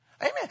amen